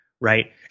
Right